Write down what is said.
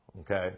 Okay